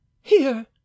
here